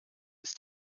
ist